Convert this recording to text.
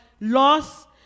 loss